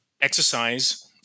exercise